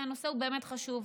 כי הנושא הוא באמת חשוב,